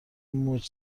موج